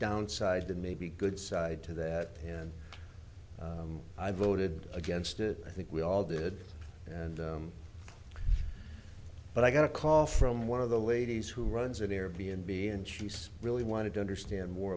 downside than maybe good side to that and i voted against it i think we all did and but i got a call from one of the ladies who runs an air b n b and she's really wanted to understand more